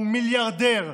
או "מיליארדר",